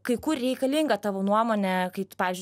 kai kur reikalinga tavo nuomonė kai tu pavyzdžiui